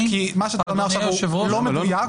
כי מה שהוא אמר עכשיו, הוא לא מדויק.